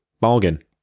bargain